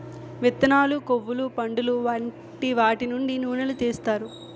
విత్తనాలు, కొవ్వులు, పండులు వంటి వాటి నుండి నూనెలు తీస్తారు